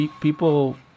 people